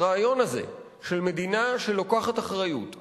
הרעיון הזה של מדינה שלוקחת אחריות,